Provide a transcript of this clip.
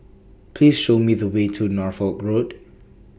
Please Show Me The Way to Norfolk Road